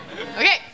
Okay